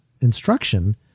instruction